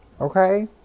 Okay